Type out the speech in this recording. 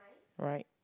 right